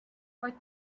for